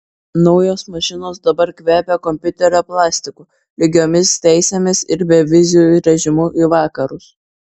naujos mašinos dabar kvepia kompiuterio plastiku lygiomis teisėmis ir beviziu režimu į vakarus